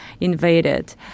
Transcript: invaded